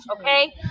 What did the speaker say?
Okay